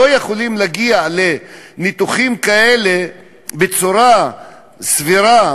יכולים להגיע לניתוחים כאלה בצורה סבירה,